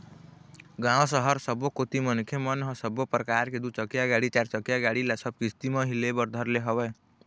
गाँव, सहर सबो कोती मनखे मन ह सब्बो परकार के दू चकिया गाड़ी, चारचकिया गाड़ी ल सब किस्ती म ही ले बर धर ले हवय